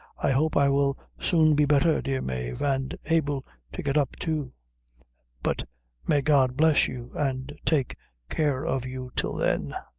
i hope i will soon be better, dear mave, and able to get up too but may god bless you and take care of you till then!